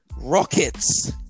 rockets